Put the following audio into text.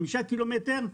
חמישה קילומטר,